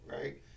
right